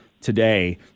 today